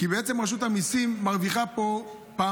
כי בעצם רשות המיסים מרוויחה פה פעמיים,